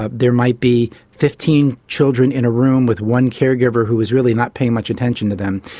ah there might be fifteen children in a room with one caregiver who was really not paying much attention to them,